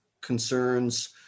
concerns